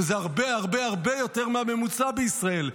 שזה הרבה הרבה הרבה יותר מהממוצע בישראל.